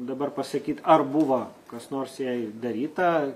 dabar pasakyt ar buvo kas nors jai daryta